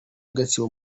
gatsibo